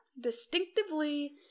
distinctively